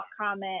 comment